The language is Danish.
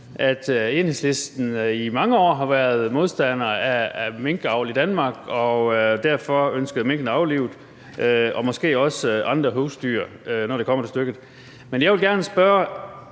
at Enhedslisten i mange år har været modstander af minkavl i Danmark og derfor ønskede minkene aflivet – og måske også andre husdyr, når det kommer til stykket. Men jeg vil gerne spørge